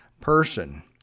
person